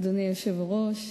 אדוני היושב-ראש,